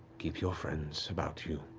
keep your friends about you.